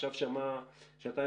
ועכשיו שמע שעתיים,